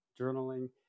journaling